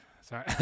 sorry